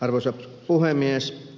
arvoisa puhemies